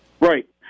Right